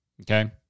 okay